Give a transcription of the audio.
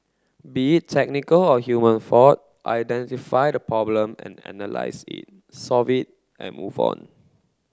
be it technical or human fault identify the problem and analyse it solve it and move on